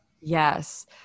yes